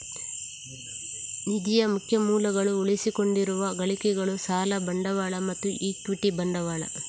ನಿಧಿಯ ಮುಖ್ಯ ಮೂಲಗಳು ಉಳಿಸಿಕೊಂಡಿರುವ ಗಳಿಕೆಗಳು, ಸಾಲ ಬಂಡವಾಳ ಮತ್ತು ಇಕ್ವಿಟಿ ಬಂಡವಾಳ